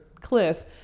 Cliff